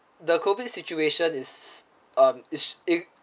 the COVID situation is um is is